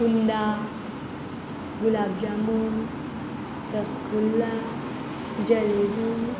Kunda gulab jamun rasgulla jalebi